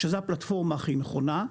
שזו הפלטפורמה הכי נכונה,